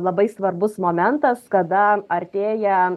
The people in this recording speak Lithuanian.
labai svarbus momentas kada artėja